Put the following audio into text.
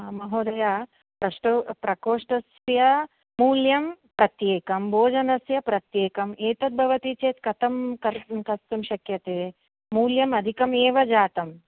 महोदया प्रकोष्टस्य मूल्यं प्रत्येकं भोजनस्य प्रत्येकम् एतत् भवति चेत् कथं कर्तुं शक्यते मूल्यम् अधिकम् एव जातम्